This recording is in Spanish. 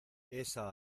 esa